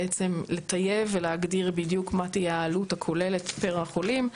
בעצם לטייב ולהגדיר בדיוק מה תהיה העלות הכוללת פר החולים.